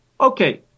Okay